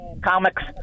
comics